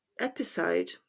episode